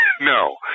no